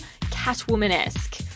Catwoman-esque